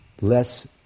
less